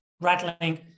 rattling